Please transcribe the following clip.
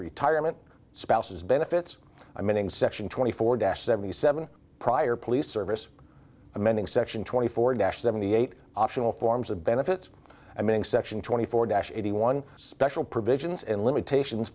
retirement spouses benefits i mean in section twenty four dash seventy seven prior police service amending section twenty four dash seventy eight optional forms of benefits i mean section twenty four dash eighty one special provisions and limitations